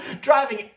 driving